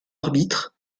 arbitre